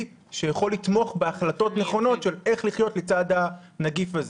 שיכול לתמוך בהחלטות נכונות איך לחיות לצד הנגיף הזה.